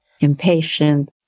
impatient